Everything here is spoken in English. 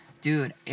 Dude